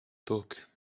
book